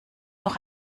noch